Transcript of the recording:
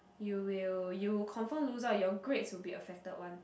you will you will confirm lose out your grades will be affected one